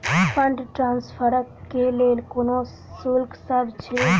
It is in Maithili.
फंड ट्रान्सफर केँ लेल कोनो शुल्कसभ छै?